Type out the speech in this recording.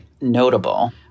Notable